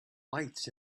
lights